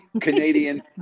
Canadian